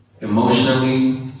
emotionally